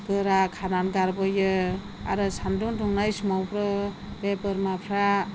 गोरा खानानै गारबोयो आरो सान्दुं दुंनाय समावबो बे बोरमाफ्रा